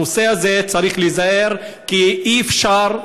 בנושא הזה צריך להיזהר, כי אי-אפשר,